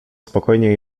spokojnie